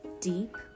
deep